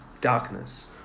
darkness